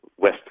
West